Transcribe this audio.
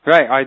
Right